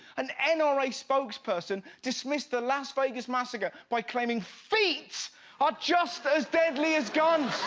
an an ah nra spokesperson dismisses the las vegas massacre by claiming feet are just as deadly as guns.